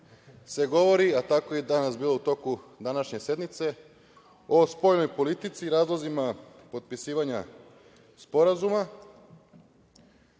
se govori, a tako je i danas bilo u toku današnje sednice, o spoljnoj politici, razlozima potpisivanja sporazuma,